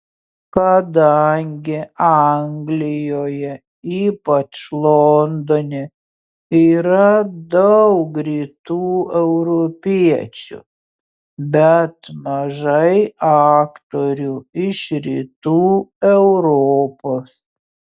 kadangi anglijoje ypač londone yra daug rytų europiečių bet mažai aktorių iš rytų europos